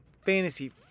Fantasy